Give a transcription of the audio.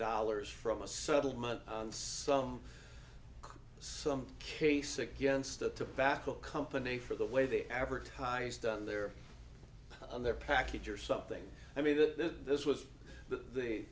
dollars from a settlement some some case against the backup company for the way they advertised on their on their package or something i mean that this was the